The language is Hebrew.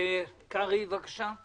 קרעי, בבקשה.